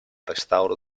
restauro